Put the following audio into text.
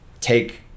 take